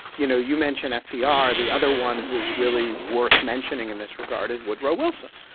you know, you mentioned fdr. the other one who's really worth mentioning in this regard is woodrow wilson.